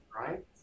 right